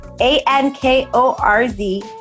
A-N-K-O-R-Z